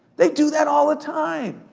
they do that all the time.